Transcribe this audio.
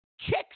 chicks